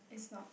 is not